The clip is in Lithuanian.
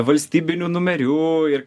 valstybinių numerių ir